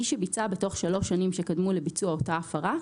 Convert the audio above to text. מי שביצע בתוך שלוש שנים שקדמו לביצוע אותה הפרה,